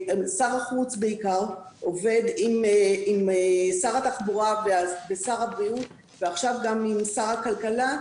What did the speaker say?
שר החוץ בעיקר עובד עם שר התחבורה ושר הבריאות ועכשיו גם עם שר הכלכלה,